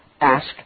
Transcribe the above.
ask